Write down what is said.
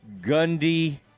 Gundy